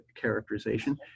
characterization